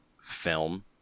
film